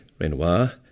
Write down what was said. Renoir